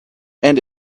and